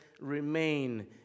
remain